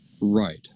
right